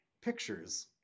pictures